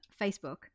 Facebook